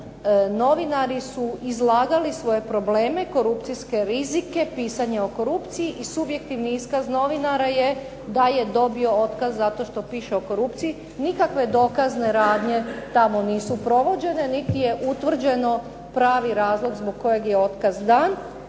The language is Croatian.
novinari su izlagali svoje probleme, korupcijske rizike, pisanje o korupciji i subjektivni iskaz novinara je da je dobio otkaz zato što piše o korupciji. Nikakve dokazne radnje tamo nisu provođene, niti je utvrđeno pravi razlog zbog kojeg je otkaz dan.